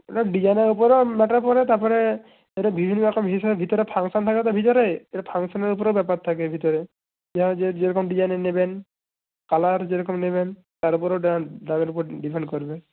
এটা ডিজাইনের উপরেও ম্যাটার পরে তারপরে এটা বিভিন্ন রকম হিসাবে ভিতরে ফাংশন থাকে তো ভিতরে এবার ফাংশনের উপরেও ব্যাপার থাকে ভিতরে যার যেরকম ডিজাইনের নেবেন কালার যেরকম নেবেন তার উপরে ওটা দামের উপর ডিপেন্ড করবে